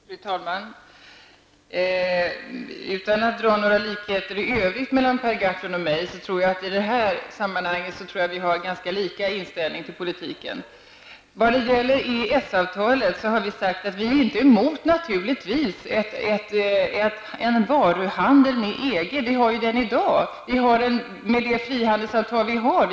Fru talman! Utan att föra fram några likheter i övrigt mellan Per Gahrton och mig tror jag att vi i det här sammanhanget har ganska likartad inställning till politiken. Vad gäller EES-avtalet har vi sagt att vi naturligtvis inte är emot en varuhandel med EG. Vi har ju en sådan redan i dag. Vi har den med det frihandelsavtal som gäller.